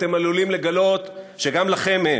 אתם עלולים לגלות שגם לכם אין,